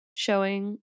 showing